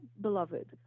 beloved